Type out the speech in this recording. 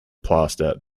plaster